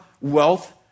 wealth